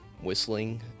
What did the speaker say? whistling